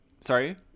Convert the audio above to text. sorry